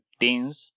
teens